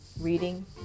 reading